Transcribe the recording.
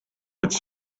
its